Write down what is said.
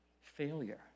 failure